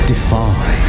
Defy